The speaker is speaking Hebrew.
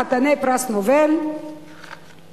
חתני פרס נובל וכו'.